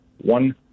One